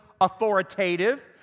authoritative